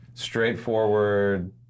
straightforward